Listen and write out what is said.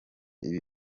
ibi